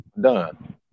done